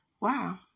wow